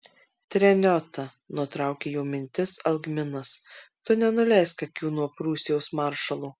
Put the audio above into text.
treniota nutraukė jo mintis algminas tu nenuleisk akių nuo prūsijos maršalo